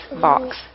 box